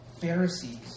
Pharisees